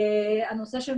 מאה אחוז.